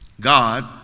God